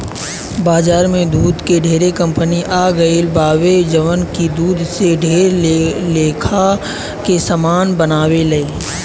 बाजार में दूध के ढेरे कंपनी आ गईल बावे जवन की दूध से ढेर लेखा के सामान बनावेले